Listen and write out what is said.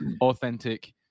authentic